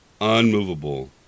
unmovable